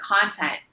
content